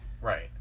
Right